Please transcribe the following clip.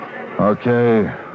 Okay